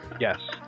Yes